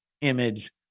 image